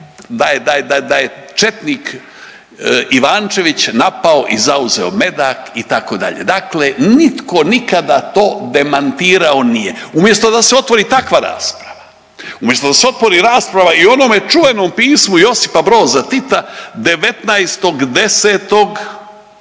da je četnik Ivančević napao i zauzeo Medak itd. Dakle, nitko nikada to demantirao nije. Umjesto da se otvori takva rasprava, umjesto da se otvori rasprava i o onome čuvenom pismu Josipa Broza Tita 19.10.